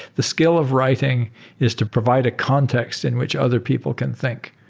the skill of writing is to provide a context in which other people can think.